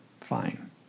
fine